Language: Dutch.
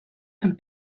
een